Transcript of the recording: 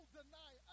deny